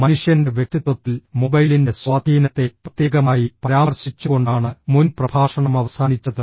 മനുഷ്യൻറെ വ്യക്തിത്വത്തിൽ മൊബൈലിൻറെ സ്വാധീനത്തെ പ്രത്യേകമായി പരാമർശിച്ചുകൊണ്ടാണ് മുൻ പ്രഭാഷണം അവസാനിച്ചത്